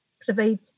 provide